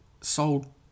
sold